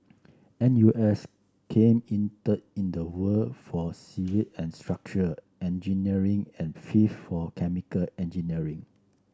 N U S came in third in the world for civil and structural engineering and fifth for chemical engineering